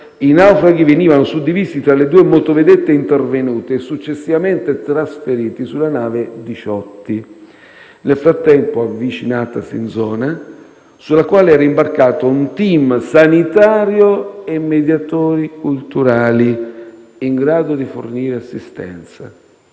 i naufraghi venivano suddivisi tra le due motovedette intervenute e successivamente trasferiti sulla nave Diciotti, nel frattempo avvicinatasi in zona, sulla quale erano imbarcati un *team* sanitario e mediatori culturali in grado di fornire assistenza.